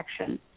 action